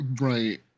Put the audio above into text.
Right